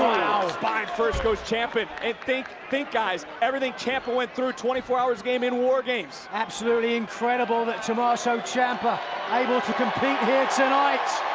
oooh, wow! spine first goes ciampa and think think guys, everything ciampa went through twenty four hours game in war games. that's absolutely incredible that tommaso ciampa able to compete here tonight.